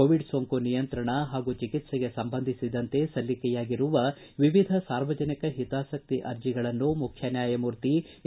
Covid ಸೋಂಕು ನಿಯಂತ್ರಣ ಹಾಗೂ ಚಿಕಿಕ್ಸೆಗೆ ಸಂಬಂಧಿಸಿದಂತೆ ಸಲ್ಲಿಕೆಯಾಗಿರುವ ವಿವಿಧ ಸಾರ್ವಜನಿಕ ಹಿತಾಸಕ್ತಿ ಅರ್ಜಿಗಳನ್ನು ಮುಖ್ಯ ನ್ಯಾಯಮೂರ್ತಿ ಎ